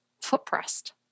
foot-pressed